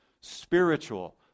spiritual